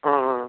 ஆ ஆ